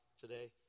today